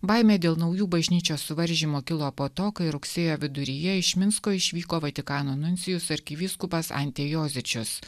baimė dėl naujų bažnyčios suvaržymo kilo po to kai rugsėjo viduryje iš minsko išvyko vatikano nuncijus arkivyskupas antėjozičius